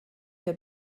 der